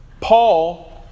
Paul